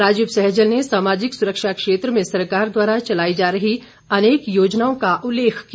राजीव सहजल ने सामाजिक सुरक्षा क्षेत्र में सरकार द्वारा चलाई जा रही अनेक योजनाओं का उल्लेख किया